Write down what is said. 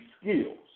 skills